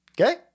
Okay